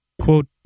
quote